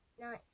No